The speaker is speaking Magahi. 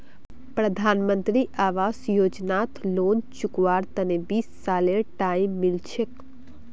प्रधानमंत्री आवास योजनात लोन चुकव्वार तने बीस सालेर टाइम मिल छेक